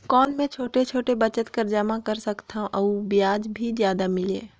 कौन मै छोटे छोटे बचत कर जमा कर सकथव अउ ब्याज भी जादा मिले?